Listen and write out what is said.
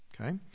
Okay